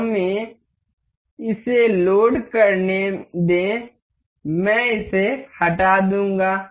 हमें इसे लोड करने दें मैं इसे हटा दूंगा